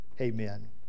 Amen